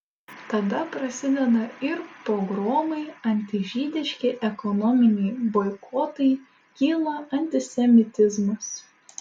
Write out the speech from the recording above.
tada prasideda ir pogromai antižydiški ekonominiai boikotai kyla antisemitizmas